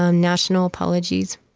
um national apologies.